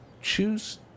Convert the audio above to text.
choose